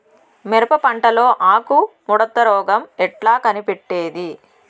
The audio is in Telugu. మిరప పంటలో ఆకు ముడత రోగం ఎట్లా కనిపెట్టేది?